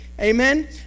Amen